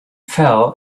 fell